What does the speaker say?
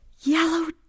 Yellow